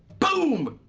boom,